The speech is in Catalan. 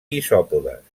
isòpodes